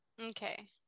Okay